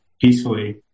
peacefully